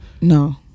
no